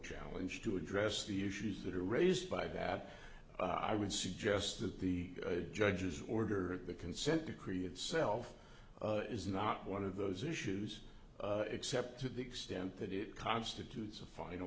challenge to address the issues that are raised by that i would suggest that the judge's order the consent decree itself is not one of those issues except to the extent that it constitutes a fine a